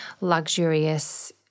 luxurious